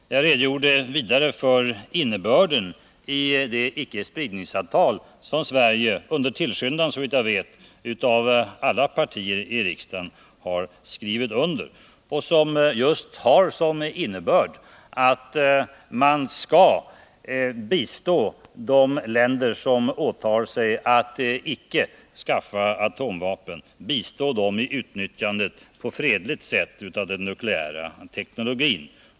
Hans Blix redogjorde vidare för innebörden av det icke-spridningsavtal som Sverige under tillskyndan av, såvitt jag vet, alla partier i riksdagen har skrivit under. Det innebär att man skall bistå de länder som åtar sig att icke skaffa atomvapen med ett utnyttjande på fredligt sätt av den nukleära teknologin.